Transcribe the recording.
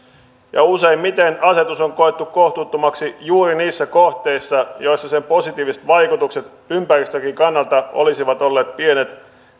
useimmiten asetus on koettu kohtuuttomaksi juuri niissä kohteissa joissa sen positiiviset vaikutukset ympäristönkin kannalta olisivat olleet pienet